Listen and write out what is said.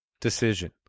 decision